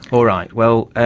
all right, well,